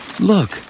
Look